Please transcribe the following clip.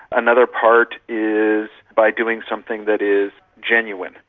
another part is by doing something that is genuine.